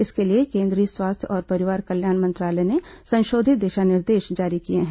इसके लिए केंद्रीय स्वास्थ्य और परिवार कल्याण मंत्रालय ने संशोधित दिशा निर्देश जारी किए हैं